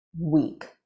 week